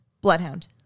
bloodhound